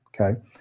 okay